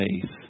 faith